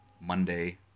Monday